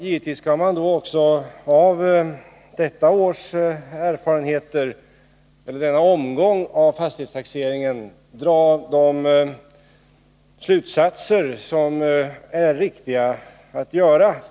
Givetvis kan man också efter den här omgången av fastighetstaxeringen försöka dra riktiga slutsatser inför nästa fastighetstaxering.